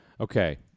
Okay